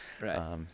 Right